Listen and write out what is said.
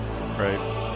right